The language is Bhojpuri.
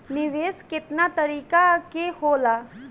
निवेस केतना तरीका के होला?